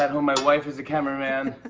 at home, my wife is the cameraman,